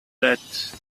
that